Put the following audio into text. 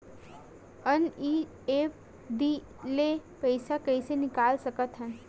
NEFT ले पईसा कइसे निकाल सकत हन?